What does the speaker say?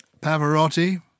Pavarotti